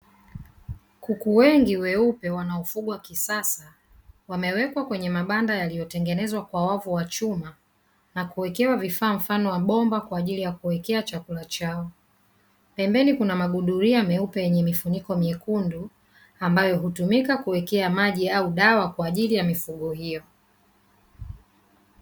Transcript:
Kuku wengi weupe wanaofugwa kisasa, wamewekwa kwenye mabanda yaliyotengenezwa kwa wavu wa chuma na kuwekewa vifaa mfano wa bomba kwa ajili ya kuwekea chakula chao. Pembeni kuna magudulia meupe yenye mifuniko myekundu, ambayo hutumika kuwekea maji au dawa kwa ajili ya mifugo hiyo.